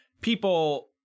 people